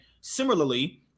similarly